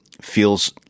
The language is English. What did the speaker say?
feels